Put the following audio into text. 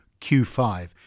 Q5